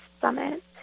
summit